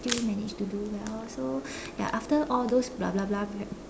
still manage to do well so ya after all those blah blah blah right